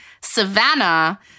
Savannah